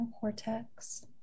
cortex